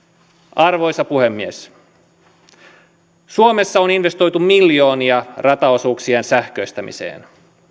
arvoisa puhemies suomessa on investoitu miljoonia rataosuuksien sähköistämiseen